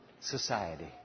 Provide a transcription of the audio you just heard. society